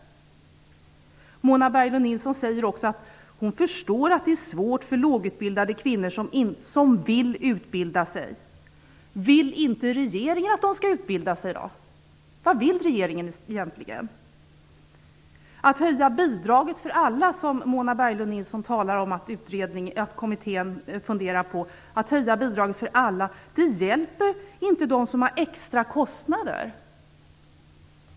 Mona Berglund Nilsson säger också att hon förstår att det är svårt för lågutbildade kvinnor som vill utbilda sig. Vill inte regeringen att de skall utbilda sig då? Vad vill regeringen egentligen? Att höja bidraget för alla - som Mona Berglund Nilsson sade att kommittén funderar på att föreslå - hjälper inte dem som har extra kostnader.